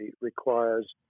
requires